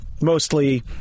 mostly